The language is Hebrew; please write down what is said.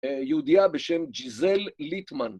יהודיה בשם ג'יזל ליטמן.